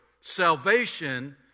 Salvation